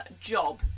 job